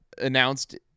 announced-